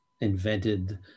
invented